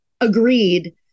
agreed